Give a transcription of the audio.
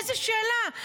איזו שאלה?